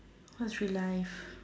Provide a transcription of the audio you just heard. what's relive